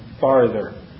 farther